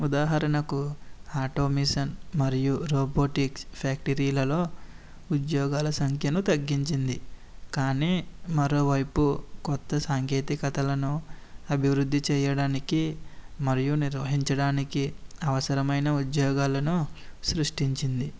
ఉదాహరణకు ఆటోమిషన్ మరియు రోబోటిక్స్ ఫ్యాక్టరీలలో ఉద్యోగాల సంఖ్యను తగ్గించింది కానీ మరో వైపు కొత్త సాంకేతికతలను అభివృద్ధి చేయడానికి మరియు నిర్వహించడానికి అవసరమైన ఉద్యోగాలను సృష్టించింది